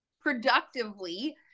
productively